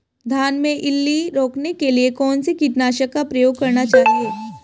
धान में इल्ली रोकने के लिए कौनसे कीटनाशक का प्रयोग करना चाहिए?